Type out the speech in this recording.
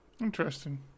interesting